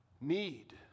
need